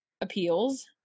appeals